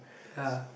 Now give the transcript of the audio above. ya